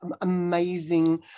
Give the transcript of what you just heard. amazing